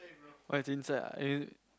what is chincai ah